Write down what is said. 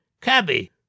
Cabby